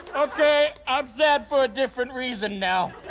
okay. i'm sad for a different reason now.